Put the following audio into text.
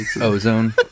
Ozone